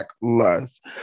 lust